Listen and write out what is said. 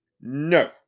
No